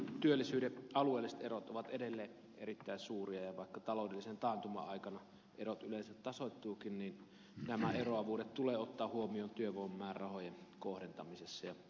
työllisyyden alueelliset erot ovat edelleen erittäin suuria ja vaikka taloudellisen taantuman aikana erot yleensä tasoittuvatkin niin nämä eroavuudet tulee ottaa huomioon työvoimamäärärahojen kohdentamisessa